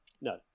no